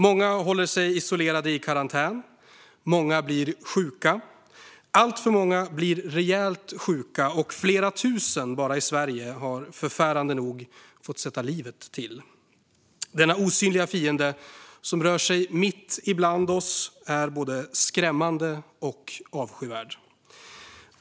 Många håller sig isolerade i karantän, många blir sjuka, alltför många blir rejält sjuka och bara i Sverige har förfärande nog flera tusen fått sätta livet till. Denna osynliga fiende som rör sig mitt bland oss är både skrämmande och avskyvärd.